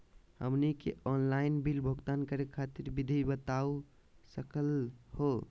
हमनी के online bill भुगतान करे खातीर विधि बता सकलघ हो?